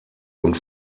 und